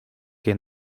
que